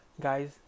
guys